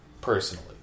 personally